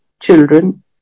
children